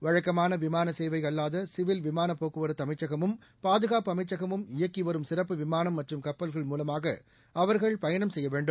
வழக்கமானவிமானசேவைஅல்லாதசிவில் விமானப் போக்குவரத்துஅமைச்சகமும் பாதுகாப்பு அமைச்சகமும் இயக்கிவரும் சிறப்பு விமானம் மற்றும் கப்பல்கள் மூலமாகஅவர்கள் பயணம் செய்யவேண்டும்